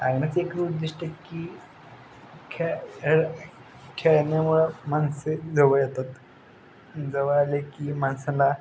आणि मग ती एक उद्दिष्ट्य की खेळ खेळ खेळण्यामुळं माणसे जवळ येतात जवळ आले की माणसाला